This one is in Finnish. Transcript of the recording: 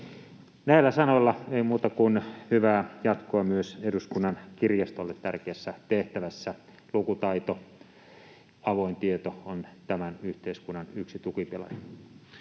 Näillä sanoilla ei muuta kuin hyvää jatkoa myös Eduskunnan kirjastolle tärkeässä tehtävässä. Lukutaito ja avoin tieto ovat tämän yhteiskunnan yksi tukipilari.